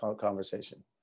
conversation